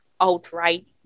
outright